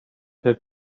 had